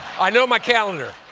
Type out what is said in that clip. i know my calendar!